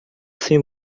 sem